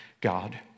God